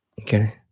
Okay